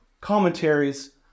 commentaries